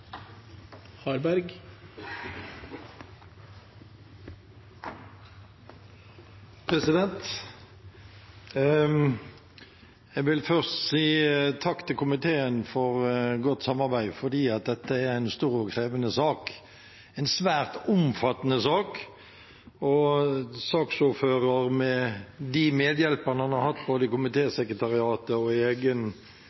år. Jeg vil først si takk til komiteen for godt samarbeid. Dette er en stor og krevende sak, en svært omfattende sak, og saksordføreren, med de medhjelperne han har hatt fra komitésekretariatet og i